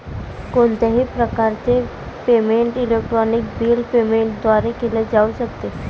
कोणत्याही प्रकारचे payment electronic bill payment द्वारे केले जाऊ शकते